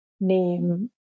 name